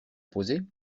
posé